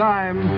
Time